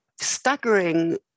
Staggering